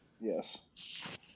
Yes